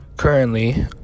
currently